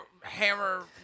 Hammer